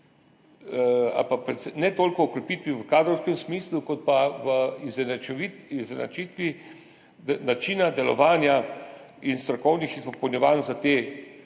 ne toliko o okrepitvi v kadrovskem smislu kot v izenačitvi načina delovanja in strokovnih izpopolnjevanj za te